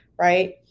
Right